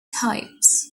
types